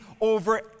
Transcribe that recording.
over